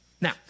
Now